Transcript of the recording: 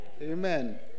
Amen